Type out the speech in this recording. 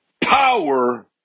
power